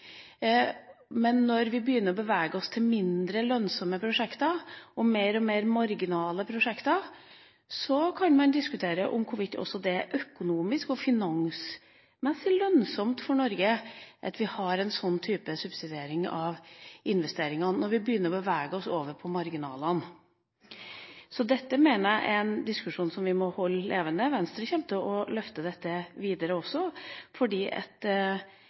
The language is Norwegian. begynner å bevege oss til mindre lønnsomme prosjekter og mer og mer marginale prosjekter, kan man diskutere hvorvidt det er økonomisk og finansielt lønnsomt for Norge at vi har en slik type subsidiering av investeringene når vi begynner å bevege oss over på marginalene. Dette er en diskusjon som vi må holde levende. Venstre kommer også til å løfte dette videre, fordi